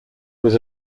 was